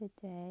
today